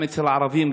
גם אצל הערבים,